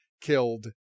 killed